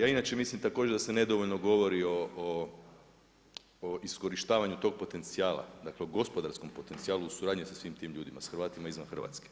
Ja inače mislim također da se nedovoljno govori o iskorištavanju tog potencijala, dakle o gospodarskom potencijalu u suradnji sa svim tim ljudima, sa Hrvatima izvan Hrvatske,